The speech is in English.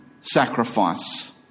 sacrifice